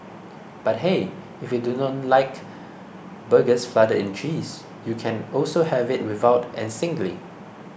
but hey if you do not like burgers flooded in cheese you can also have it without and singly